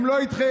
הם לא איתכם.